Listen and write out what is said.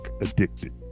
addicted